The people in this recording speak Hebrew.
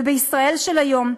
ובישראל של היום,